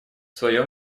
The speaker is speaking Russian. своем